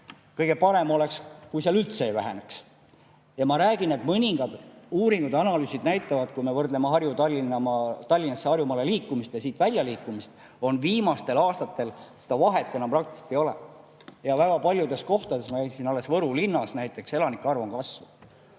Kõige parem oleks, kui see üldse ei väheneks. Ja ma räägin, et mõningad uuringud ja analüüsid näitavad, et kui me võrdleme Tallinnasse ja Harjumaale liikumist ja siit välja liikumist, siis viimastel aastatel vahet enam praktiliselt ei ole. Ja väga paljudes kohtades – ma käisin alles Võru linnas näiteks – elanike arv on kasvanud.